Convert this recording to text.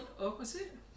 opposite